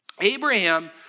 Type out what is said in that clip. Abraham